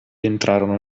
entrarono